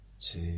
Two